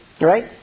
right